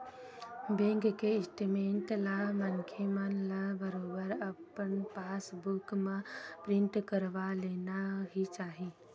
bank के statement ला मनखे मन ल बरोबर अपन पास बुक म प्रिंट करवा लेना ही चाही